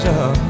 up